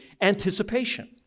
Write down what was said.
anticipation